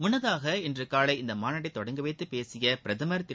முன்னதாக இன்று காலை இந்த மாநாட்டை தொடங்கி வைத்து பேசிய பிரதமர் திரு